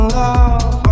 love